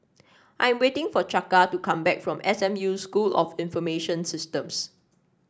I'm waiting for Chaka to come back from S M U School of Information Systems